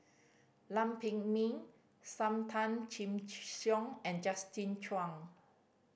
Lam Pin Min Sam Tan Chin Siong and Justin Chuang